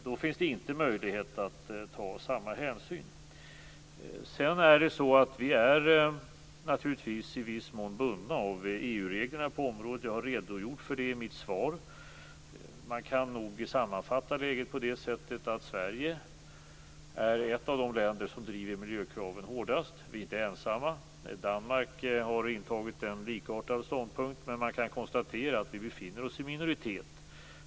Då finns det inte möjlighet att ta samma hänsyn. Sedan är vi naturligtvis i viss mån bundna av EU reglerna på området. Jag har redogjort för det i mitt svar. Man kan sammanfatta läget som att Sverige är ett av de länder som driver miljökraven hårdast. Vi är inte ensamma - Danmark har intagit en likartad ståndpunkt - men man kan konstatera att vi befinner oss i minoritet.